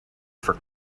for